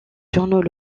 journaux